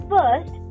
First